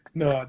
no